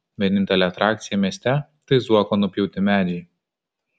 vienintelė atrakcija mieste tai zuoko nupjauti medžiai